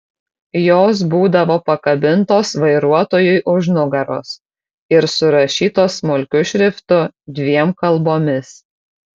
jos būdavo pakabintos vairuotojui už nugaros ir surašytos smulkiu šriftu dviem kalbomis